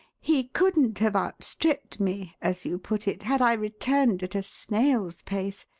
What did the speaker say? he couldn't have outstripped me, as you put it, had i returned at a snail's pace.